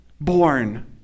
born